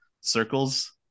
circles